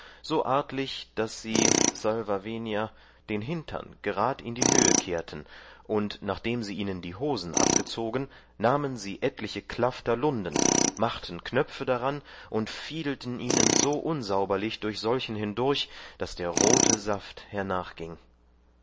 so artlich daß sie s v den hindern gerad in die höhe kehrten und nachdem sie ihnen die hosen abgezogen nahmen sie etliche klafter lunden machten knöpfe daran und fiedelten ihnen so unsauberlich durch solchen hindurch daß der rote saft